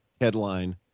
headline